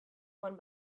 one